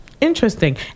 interesting